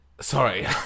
Sorry